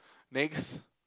next